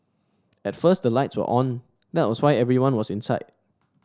at first the lights were on that was why everyone was inside